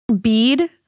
Bead